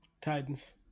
Titans